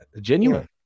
Genuine